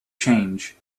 change